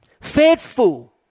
Faithful